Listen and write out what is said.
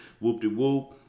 whoop-de-whoop